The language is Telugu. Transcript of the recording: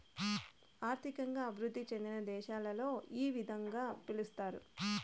ఆర్థికంగా అభివృద్ధి చెందిన దేశాలలో ఈ విధంగా పిలుస్తారు